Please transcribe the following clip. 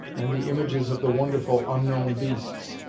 and the images of the wonderful, unknown beasts,